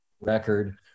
record